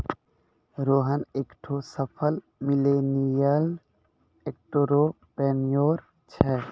रोहन एकठो सफल millennial entrepreneur छै